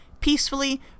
peacefully